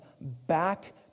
back